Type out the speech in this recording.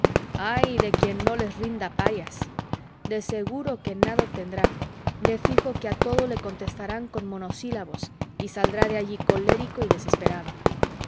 ay de quién no les rinda parias de seguro que nada obtendrá de fijo que a todo le contestarán con monosílabos y saldrá de allí colérico y desesperado